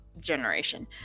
generation